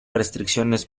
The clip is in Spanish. restricciones